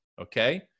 okay